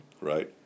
right